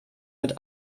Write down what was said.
mit